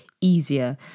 easier